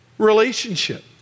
Relationship